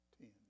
ten